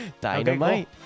dynamite